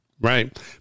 Right